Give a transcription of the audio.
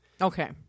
Okay